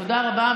תודה רבה.